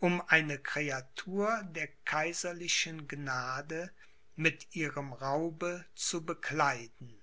um eine creatur der kaiserlichen gnade mit ihrem raube zu bekleiden